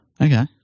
Okay